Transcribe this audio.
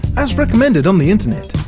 as recommended on the internet.